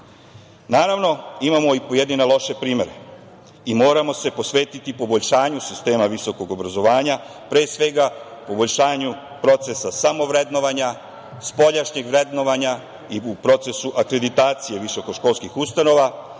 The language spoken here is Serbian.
državi. Naravno, imamo i pojedine loše primere i moramo se posvetiti poboljšanju sistem visokog obrazovanja pre svega poboljšanju procesa samovrednovanja, spoljašnjeg vrednovanja i u procesu akreditacije visokoškolskih ustanova